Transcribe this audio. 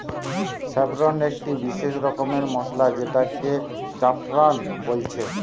saffron একটি বিসেস রকমের মসলা যেটাকে জাফরান বলছে